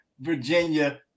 Virginia